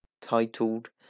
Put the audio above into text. titled